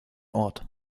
ort